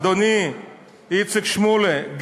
אדוני איציק שמולי,